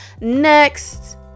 next